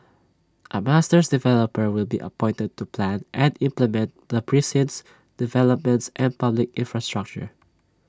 A master developer will be appointed to plan and implement the precinct's developments and public infrastructure